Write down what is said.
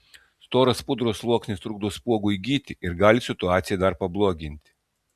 storas pudros sluoksnis trukdo spuogui gyti ir gali situaciją dar pabloginti